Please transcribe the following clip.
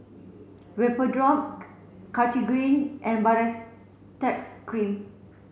Vapodrops Cartigain and cream